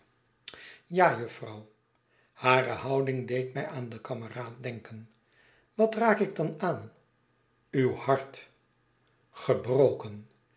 ja jufvrouw hare houding deed mij aan den kameraad denken wat raak ik dan aan uw hart gebrokenl